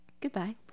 Goodbye